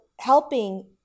helping